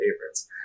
favorites